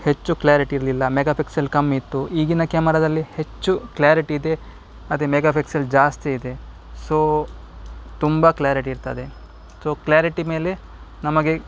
ಹೆಚ್ಚು ಕ್ಲಾರಿಟಿ ಇರಲಿಲ್ಲ ಮೆಗಾಪಿಕ್ಸೆಲ್ ಕಮ್ಮಿತ್ತು ಈಗಿನ ಕ್ಯಾಮರದಲ್ಲಿ ಹೆಚ್ಚು ಕ್ಲಾರಿಟಿ ಇದೆ ಅದೇ ಮೆಗಾಪಿಕ್ಸೆಲ್ ಜಾಸ್ತಿ ಇದೆ ಸೊ ತುಂಬ ಕ್ಲಾರಿಟಿ ಇರ್ತದೆ ಸೊ ಕ್ಲ್ಯಾರಿಟಿ ಮೇಲೆ ನಮಗೆ